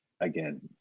Again